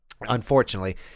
unfortunately